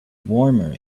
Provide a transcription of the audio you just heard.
warmer